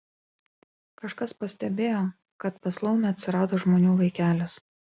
kažkas pastebėjo kad pas laumę atsirado žmonių vaikelis